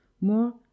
more